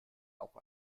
auch